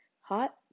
hot